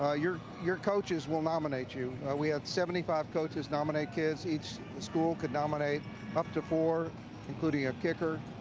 ah your your coaches will nominate you. we have seventy five coaches nominate kids. each school could nominate up to four including a kicker.